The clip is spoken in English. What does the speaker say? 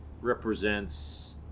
represents